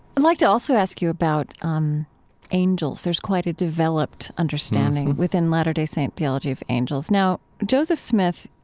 i'd like to also ask you about um angels. there's quite a developed understanding within latter-day saint theology of angels. now, joseph smith,